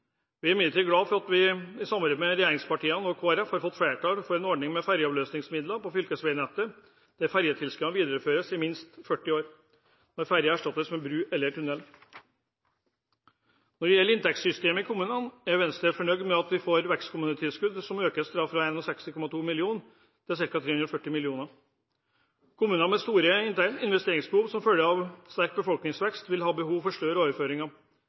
Vi er imidlertid glade for at vi i samarbeid med regjeringspartiene og Kristelig Folkeparti har fått flertall for en ordning med ferjeavløsningsmidler på fylkesveinettet, der ferjetilskuddet videreføres i minst 40 år, når ferje erstattes med bro eller tunnel. Når det gjelder inntektssystemet i kommunene, er Venstre fornøyd med at vekstkommunetilskuddet øker fra 61,2 mill. kr til ca. 340 mill. kr. Kommuner med store investeringsbehov som følge av sterk befolkningsvekst vil ha behov for større overføringer.